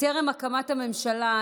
בטרם הקמת הממשלה,